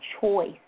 choice